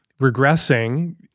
regressing